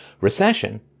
recession